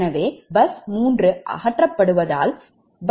எனவே பஸ் 3 அகற்றப்படுவதால் bus 3 இல்லை